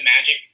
Magic